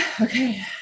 Okay